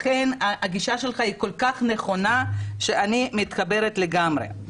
לכן, הגישה שלך כל-כך נכונה, שאני מתחברת לגמרי.